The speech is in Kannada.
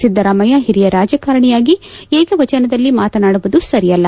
ಸಿದ್ದರಾಮಯ್ಯ ಹಿರಿಯ ರಾಜಕಾರಣಿಯಾಗಿ ಏಕವಚನದಲ್ಲಿ ಮಾತನಾಡುವುದು ಸರಿಯಲ್ಲ